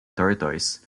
tortoise